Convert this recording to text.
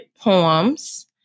poems